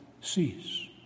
cease